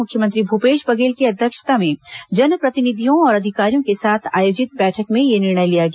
मुख्यमंत्री भूपेश बधेल की अध्यक्षता में जनप्रतिनिधियों और अधिकारियों के साथ आयोजित बैठक में यह निर्णय लिया गया